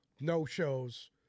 no-shows